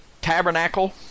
tabernacle